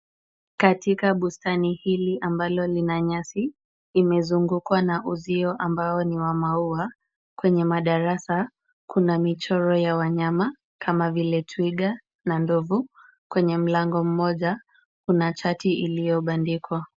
Katika bustani hili ambalo lina nyasi imezungukwa na uzio ambao ni wa maua. Kwenye madarasa kuna michoro ya wanyama kama vile twiga na ndovu. Kwenye mlango mmoja kuna chati iliyobandikwa.